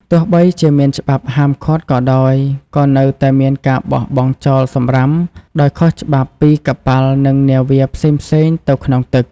ទោះបីជាមានច្បាប់ហាមឃាត់ក៏ដោយ ក៏នៅតែមានការបោះបង់ចោលសំរាមដោយខុសច្បាប់ពីកប៉ាល់និងនាវាផ្សេងៗទៅក្នុងទឹក។